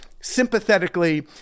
sympathetically